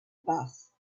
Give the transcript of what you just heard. bus